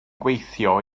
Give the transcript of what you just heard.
gweithio